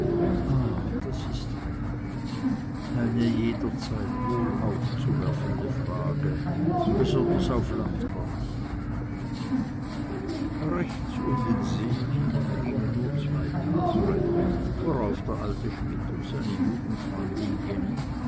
ah das ist recht eine jederzeit wohl aufzuwerfende frage besonders auf landpartien rechts um den see hin gingen nur zwei paare vorauf der alte schmidt und seine jugendfreundin jenny